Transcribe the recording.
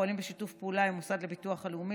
פועלים בשיתוף פעולה עם המוסד לביטוח הלאומי